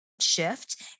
shift